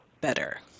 better